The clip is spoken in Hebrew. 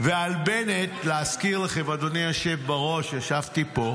ועל בנט, להזכיר לכם, אדוני היושב בראש, ישבתי פה: